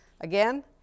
Again